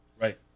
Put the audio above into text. Right